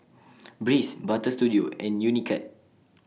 Breeze Butter Studio and Unicurd